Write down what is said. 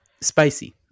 spicy